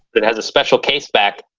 it has a special case back,